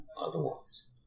otherwise